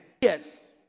Yes